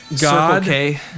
God